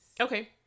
Okay